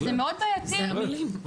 זה המילים.